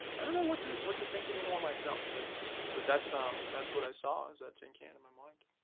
i don't know what to what to think anymore, myself. but but that's um that's what i saw, is that tin can in my mind.